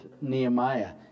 Nehemiah